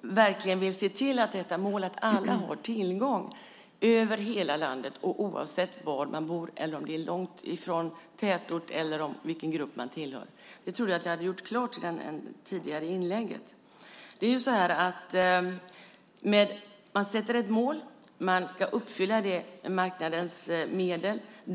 verkligen vill se till att detta mål ska uppfyllas, att alla ska ha tillgång över hela landet, oavsett var man bor, om det är långt från tätort, och oavsett vilken grupp man tillhör. Jag trodde att jag hade gjort klart det i det tidigare inlägget. Man sätter ett mål, och det ska uppfyllas med marknadens medel.